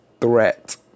threat